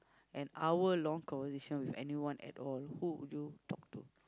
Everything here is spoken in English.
an hour long conversation with anyone at all who would you talk